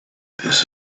this